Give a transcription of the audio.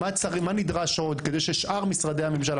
מה נדרש עוד כדי ששאר משרדי הממשלה,